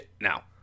now